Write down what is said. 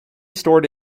stored